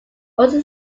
also